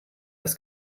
das